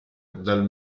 dal